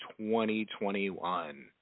2021